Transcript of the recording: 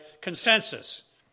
consensus